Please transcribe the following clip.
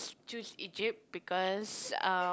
choose Egypt because uh